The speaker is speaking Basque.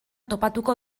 topatuko